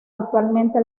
actualmente